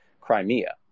Crimea